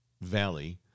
Valley